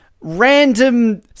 random